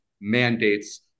mandates